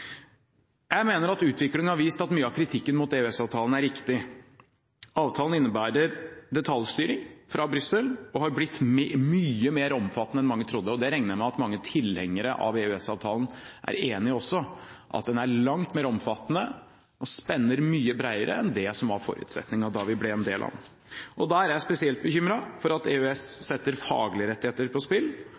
Jeg mener at utviklingen har vist at mye av kritikken mot EØS-avtalen er riktig. Avtalen innebærer detaljstyring fra Brussel, og har blitt mye mer omfattende enn mange trodde. Jeg regner med at mange tilhengere av EØS-avtalen også er enig i at den er langt mer omfattende og spenner mye bredere enn det som var forutsetningen da vi ble en del av den. Der er jeg spesielt bekymret for at EØS setter faglige rettigheter på spill,